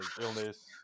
illness